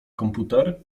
komputer